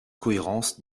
cohérence